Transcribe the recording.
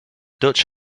dutch